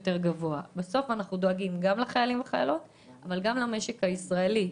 בסוף אנחנו דואגים לחיילים ולמשק הישראלי.